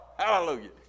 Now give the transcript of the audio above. Hallelujah